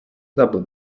double